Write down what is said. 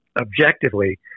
objectively